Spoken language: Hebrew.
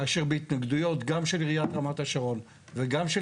כאשר בהתנגדויות גם של עיריית רמת השרון וגם של